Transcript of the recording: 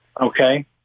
Okay